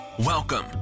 Welcome